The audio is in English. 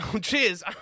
Cheers